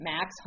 Max